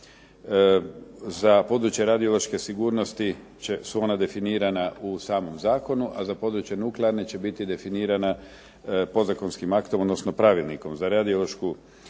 Za područje radiološke sigurnosti su ona definirana u samom zakonu, a za područje nuklearne će biti definirana podzakonskim aktom, odnosno pravilnikom za ... radiološke sigurnosti.